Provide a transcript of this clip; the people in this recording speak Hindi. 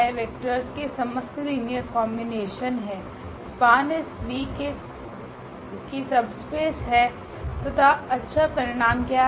वेक्टर्स के समस्त लीनियर कॉम्बिनेशन है SPANV कि सबस्पेस है तथा अच्छा परिणाम क्या है